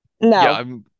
no